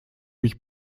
mich